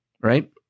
Right